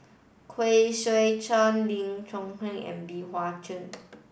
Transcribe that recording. Khoo Swee Chiow Lee and Bey Hua Heng